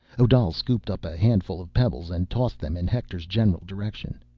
odal scooped up a handful of pebbles and tossed them in hector's general direction.